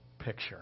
picture